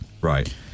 Right